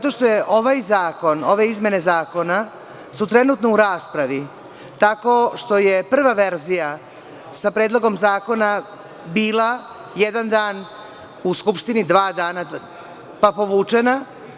Ovaj zakon, ove izmene zakona su trenutno u raspravi tako što je prva verzija sa Predlogom zakona bila, jedan dan u Skupštini, dva dana, povučena.